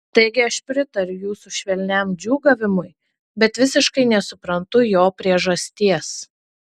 taigi aš pritariu jūsų švelniam džiūgavimui bet visiškai nesuprantu jo priežasties